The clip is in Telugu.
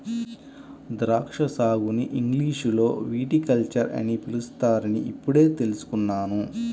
ద్రాక్షా సాగుని ఇంగ్లీషులో విటికల్చర్ అని పిలుస్తారని ఇప్పుడే తెల్సుకున్నాను